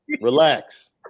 relax